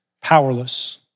powerless